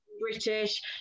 British